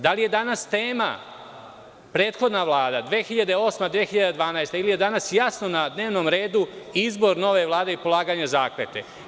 Da li je danas tema prethodna Vlada 2008, 2012, ili je danas jasno na dnevnom redu izbor nove Vlade i polaganje zakletve?